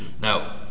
Now